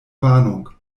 warnung